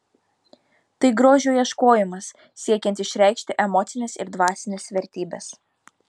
tai grožio ieškojimas siekiant išreikšti emocines ir dvasines vertybes